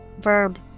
verb